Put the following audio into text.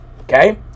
okay